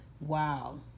wow